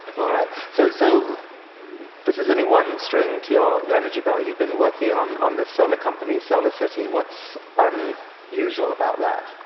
all right. so so this is only one string to your energy bow. you've been working on on this solar company solarcity. what's unusual about that?